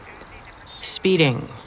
Speeding